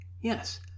Yes